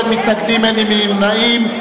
אין מתנגדים, אין נמנעים.